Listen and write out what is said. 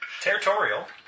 territorial